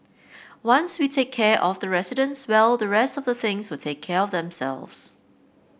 once we take care of the residents well the rest of the things will take care of themselves